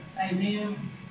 Amen